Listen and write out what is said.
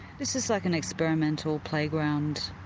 this is like an experimental playground,